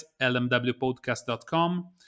lmwpodcast.com